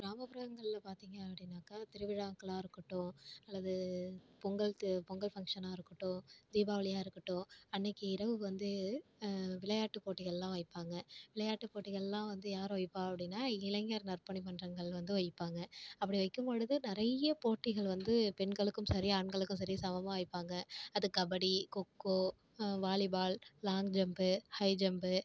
கிராமப்புறங்களில் பார்த்தீங்க அப்படின்னாக்கா திருவிழாக்களாக இருக்கட்டும் அல்லது பொங்கல் து பொங்கல் ஃபங்க்ஷனாக இருக்கட்டும் தீபாவளியாக இருக்கட்டும் அன்றைக்கி இரவு வந்து விளையாட்டு போட்டிகள்லாம் வைப்பாங்க விளையாட்டு போட்டிகள்லாம் வந்து யார் வைப்பா அப்படின்னா இளைஞர் நற்பணி மன்றங்கள் வந்து வைப்பாங்கள் அப்படி வைக்கும் பொழுது நிறைய போட்டிகள் வந்து பெண்களுக்கும் சரி ஆண்களுக்கும் சரி சமமமாக வைப்பாங்க அது kabaddi kho kho volleyball long jump high jump